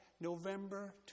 November